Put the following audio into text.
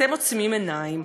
אתם עוצמים עיניים.